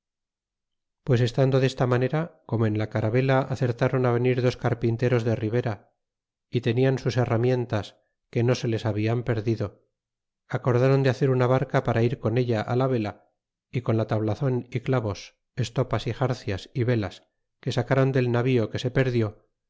pues estando desta manera como en la caravela acertron venir dos carpinteros de ribera y tenian sus herramientas que no se les hablan perdido acordron de hacer una barca para ir con ella la vela é con la tablazon é clavos estopas é xarcias y velas que sachon del navío que se perdió